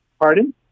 Pardon